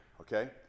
Okay